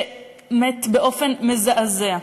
שמת באופן מזעזע.